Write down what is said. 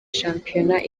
shampiyona